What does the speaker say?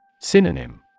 Synonym